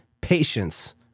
Patience